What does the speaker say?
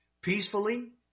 peacefully